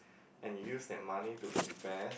and you use that money to invest